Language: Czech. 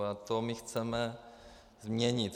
A to my chceme změnit.